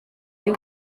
y’u